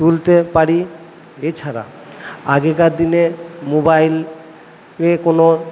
তুলতে পারি এছাড়া আগেকার দিনের মোবাইল এ কোনো